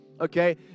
Okay